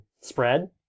spread